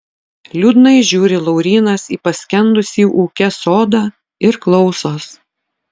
liūdnai žiūri laurynas į paskendusį ūke sodą ir klausos